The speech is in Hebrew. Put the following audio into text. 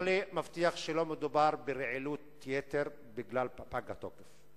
האם השר מבטיח לי שלא מדובר ברעילות-יתר בגלל פגות התוקף?